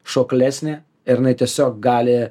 šoklesnė ir jinai tiesiog gali